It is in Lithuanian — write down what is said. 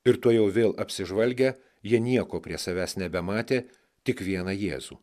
ir tuojau vėl apsižvalgę jie nieko prie savęs nebematė tik vieną jėzų